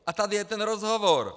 A tady je ten rozhovor.